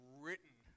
written